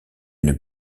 une